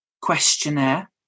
questionnaire